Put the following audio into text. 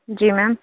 जी ma'am